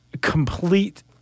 complete